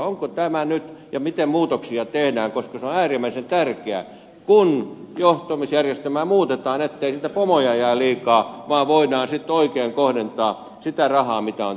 onko tämä ja miten muutoksia tehdään nyt oikea koska on äärimmäisen tärkeää kun johtamisjärjestelmää muutetaan ettei niitä pomoja jää liikaa vaan voidaan sitten oikein kohdentaa sitä rahaa mitä tähän on